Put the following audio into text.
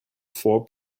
four